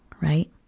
right